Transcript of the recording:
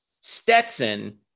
Stetson